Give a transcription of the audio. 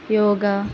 yoga